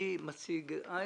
בבקשה.